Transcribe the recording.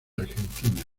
argentina